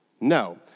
No